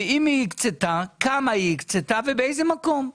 ואם היא הקצתה, כמה היא הקצתה ובאיזה מקום?